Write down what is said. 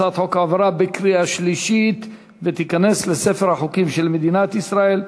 הצעת החוק עברה בקריאה השלישית ותיכנס לספר החוקים של מדינת ישראל.